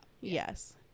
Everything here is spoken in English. Yes